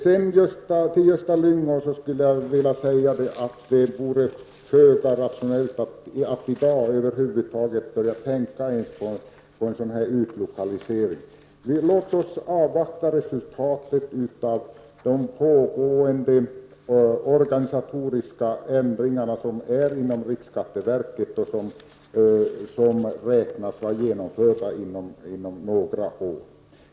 Till Gösta Lyngå vill jag säga att det vore föga rationellt att i dag över huvud taget börja tänka på en utlokalisering. Låt oss avvakta resultatet av de pågående organisationsförändringarna inom riksskatteverket, vilka beräknas vara genomförda om några år.